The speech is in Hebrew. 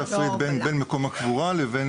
צריך להפריד בין מקום הקבורה לבין,